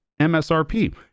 MSRP